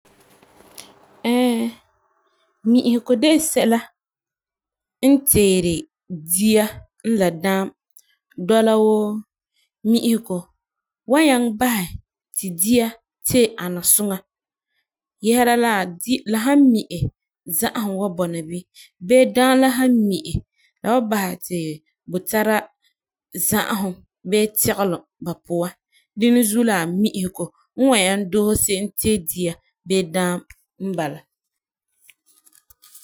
mi'isegɔ de la sɛla n teeri dia n la daam dɔla woo mi'isegɔ was nyaŋɛ basɛ ti dia tee ana som yesera la dia la san mi'e za'ahum wan bɔna bini boi daam la san mi'e la wan basɛ ti ba tara za'ahum bii tɛgelum ba puan. Dina zuo la mi'isegɔ wan doose se'em tee dia bee daam n bala.